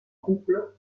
couple